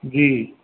जी